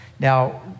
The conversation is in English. Now